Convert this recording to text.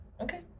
Okay